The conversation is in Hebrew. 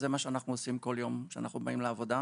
זה מה שאנחנו עושים כל יום שאנחנו באים לעבודה,